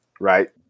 right